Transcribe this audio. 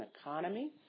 Economy